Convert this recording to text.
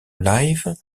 live